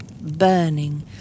burning